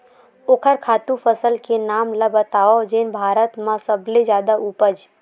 ओखर खातु फसल के नाम ला बतावव जेन भारत मा सबले जादा उपज?